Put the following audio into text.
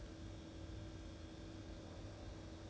Sentosa 有那个 coupon leh 你有没有去申请